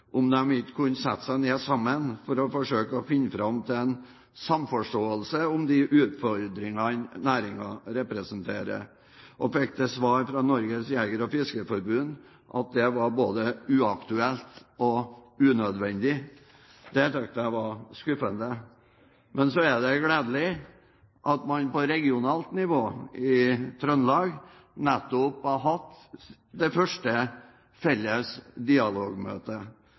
om de ikke kunne sette seg ned sammen for å forsøke å finne fram til en samforståelse om de utfordringene næringen representerer, og fikk til svar fra Norges Jeger- og Fiskerforbund at det var både uaktuelt og unødvendig. Det syntes jeg var skuffende. Men så er det gledelig at man på regionalt nivå, i Trøndelag, nettopp har hatt et første felles dialogmøte.